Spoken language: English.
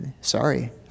sorry